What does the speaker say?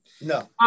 No